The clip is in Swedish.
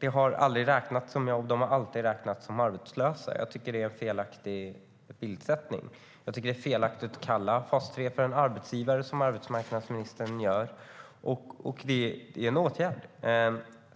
Det har aldrig räknats som jobb. Deltagarna har alltid räknats som arbetslösa. Jag tycker att det är en felaktig bild. Jag tycker att det är felaktigt att kalla fas 3 för en arbetsgivare, som arbetsmarknadsministern gör. Fas 3 är en åtgärd.